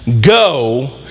go